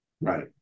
Right